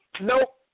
nope